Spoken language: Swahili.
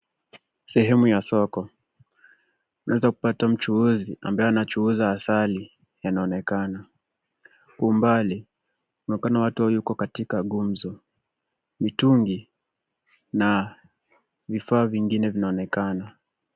Sehemu ya soko. Unaweza kupata mchuuzi ambaye anachuuza asali yanaonekana. Umbali, inaonekana watu wako katika gumzo. Mitungi na vifaa vingine vinaonekana.